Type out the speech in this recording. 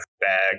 bag